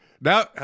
now